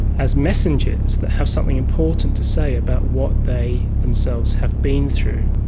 as messengers that have something important to say about what they themselves have been through,